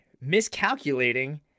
miscalculating